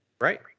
right